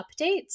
updates